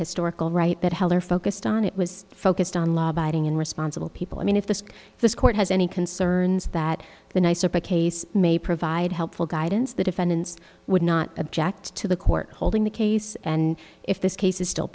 historical right that heller focused on it was focused on law abiding and responsible people i mean if the this court has any concerns that the nicer case may provide helpful guidance the defendants would not object to the court holding the case and if this case is still